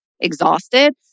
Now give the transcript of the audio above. exhausted